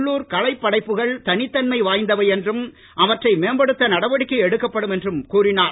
உள்ளூர் கலைப் படைப்புகள் தனித்தன்மை வாய்ந்தவை என்றும் அவற்றை மேம்படுத்த நடவடிக்கை எடுக்கப்படும் என்றும் கூறினார்